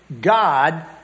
God